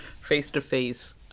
face-to-face